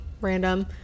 random